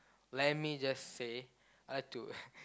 let me just say I to